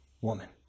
woman